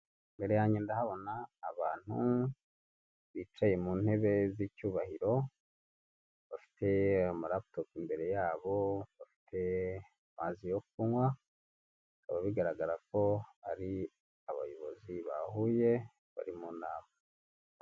Imbere yange ndahabona abantu bicaye mu ntebe z'icyubahiro bafite amalaputopu imbere yabo bafite amazi yo kunywa bikaba bigaragara ko ari abayobozi bahuye bari mu nama.